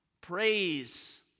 Praise